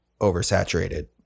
oversaturated